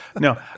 No